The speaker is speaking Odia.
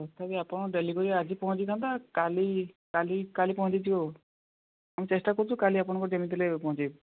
ତଥାପି ଆପଣ ଡେଲିଭରି ଆଜି ପହଞ୍ଚିଥାନ୍ତା କାଲି କାଲି କାଲି ପହଞ୍ଚିଯିବ ଆଉ ଆମେ ଚେଷ୍ଟା କରୁଛୁ କାଲି ଆପଣଙ୍କୁ ଯେମିତି ହେଲେ ପହଞ୍ଚାଇବୁ